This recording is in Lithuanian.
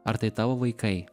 ar tai tavo vaikai